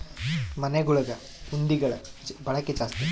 ಮನೆಗುಳಗ ಹುಂಡಿಗುಳ ಬಳಕೆ ಜಾಸ್ತಿ